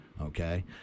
Okay